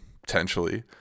potentially